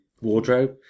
wardrobe